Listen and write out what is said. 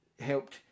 helped